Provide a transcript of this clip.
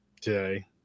today